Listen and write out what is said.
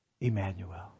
Emmanuel